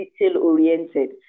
detail-oriented